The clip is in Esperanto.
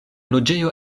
loĝejo